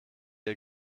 ihr